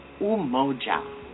Umoja